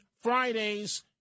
Friday's